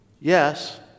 Yes